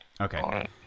Okay